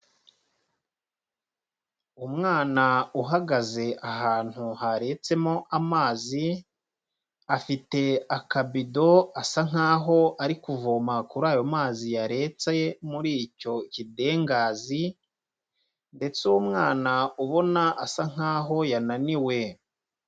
Umwana uhagaze ahantu hareretsemo amazi afite akabido asa nkaho ari kuvoma kuri ayo mazi yaretse muri icyo kidengazi ndetse umwana ubona asa nkaho yananiwe.